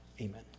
amen